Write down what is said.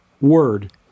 word